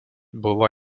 buvo